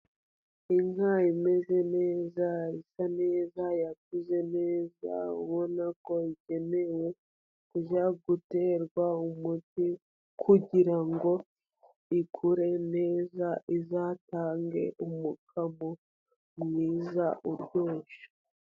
Inka imeze neza, isa neza, yakuze neza, ubona ko igenewe kujya guterwa umuti kugira ngo ikure neza, izatange umukamo mwiza uryoshye.